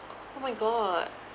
oh my god